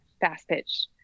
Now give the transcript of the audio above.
fast-pitch